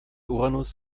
uranus